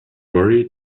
worry